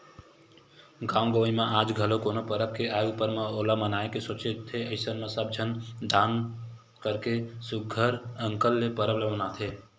गाँव गंवई म आज घलो कोनो परब के आय ऊपर म ओला मनाए के सोचथे अइसन म सब झन दान करके सुग्घर अंकन ले परब ल मनाथे